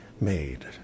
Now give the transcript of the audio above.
made